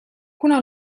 kuna